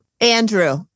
Andrew